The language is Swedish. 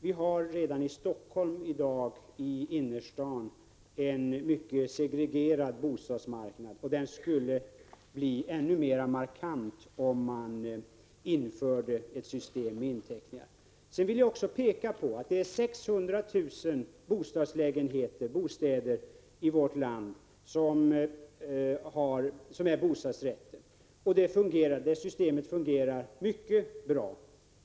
Vi har i Helsingforss innerstad redan i dag en mycket segregerad bostadsmarknad, och segregationen skulle bli ännu mer markant om man inför ett system med inteckningsrätt. Jag vill också peka på att 600 000 lägenheter i vårt land är bostadsrätter. Det systemet fungerar mycket bra.